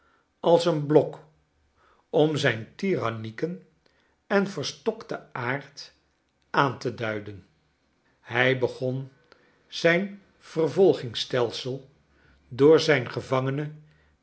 als een blok om zijn tirannieken en verstokten aard aan te duiden hy begon zijn vervolgingsstelsel door zijn gevangene